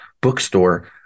bookstore